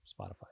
Spotify